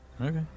Okay